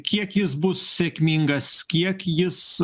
kiek jis bus sėkmingas kiek jis